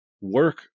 work